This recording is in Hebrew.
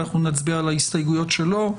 אנחנו נצביע על הסתייגויות שלו.